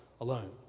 alone